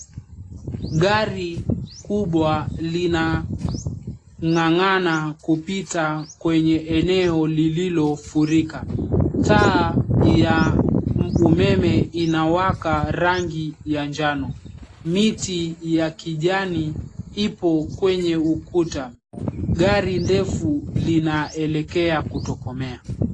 Gari kubwa, lina ng'ang'ana kupita kwenye eneo lililofurika. Taa ya umeme inawaka rangi ya njano. Miti ya kijani ipo kwenye ukuta, gari ndefu linaelekea kutokomea.